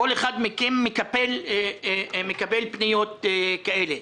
כל אחד מכם מקבל פניות כאלה.